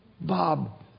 Bob